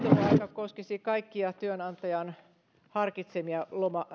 koskisi kaikkia työnantajan harkitsemia